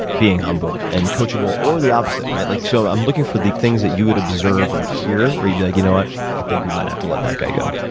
being humble and coachable, or the opposite. like so i'm looking for the things that you would observe or hear, where you'd be like, you know what, i think we might have to let that guy go.